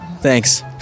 Thanks